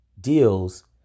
deals